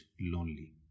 lonely